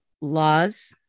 laws